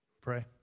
Pray